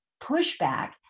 pushback